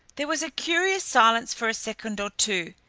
there was a curious silence for a second or two,